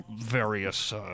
various